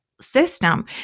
system